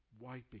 wiping